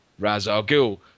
Razagul